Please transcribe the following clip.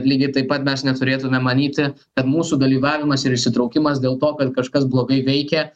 lygiai taip pat mes neturėtume manyti kad mūsų dalyvavimas ir įsitraukimas dėl to kad kažkas blogai veikia